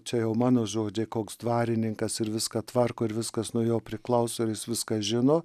čia jau mano žodžiai koks dvarininkas ir viską tvarko ir viskas nuo jo priklauso ir jis viską žino